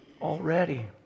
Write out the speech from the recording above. already